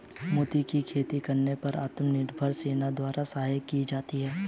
मोती की खेती करने पर आत्मनिर्भर सेना द्वारा सहायता की जाती है